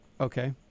Okay